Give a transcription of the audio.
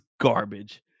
garbage